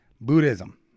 Buddhism